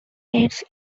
heights